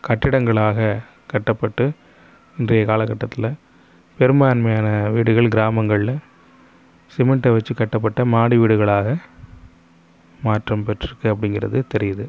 கட்டிடங்களாக கட்டப்பட்டு இன்றைய கால கட்டத்தில் பெரும்பாண்மையான வீடுகள் கிராமங்களில் சிமிண்டை வச்சு கட்டப்பட்ட மாடி வீடுகளாக மாற்றம் பெற்றுருக்கு அப்படிங்கிறது தெரியுது